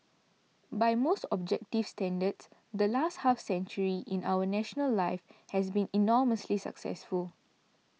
by most objective standards the last half century in our national life has been enormously successful